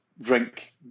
drink